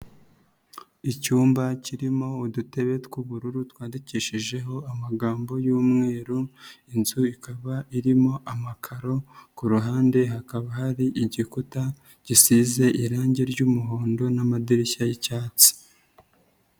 Icyumba kirimo udutebe tw'ubururu twandikishijeho amagambo y'umweru, inzu ikaba irimo amakaro, ku ruhande hakaba hari igikuta, gisize irangi ry'umuhondo n'amadirishya y'icyatsi.